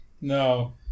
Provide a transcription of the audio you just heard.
no